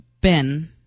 Ben